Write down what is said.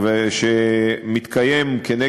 השואה כל העולם